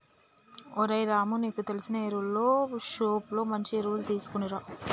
ఓరై రాము నీకు తెలిసిన ఎరువులు షోప్ లో మంచి ఎరువులు తీసుకునిరా